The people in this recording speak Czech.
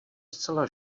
zcela